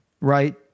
right